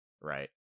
Right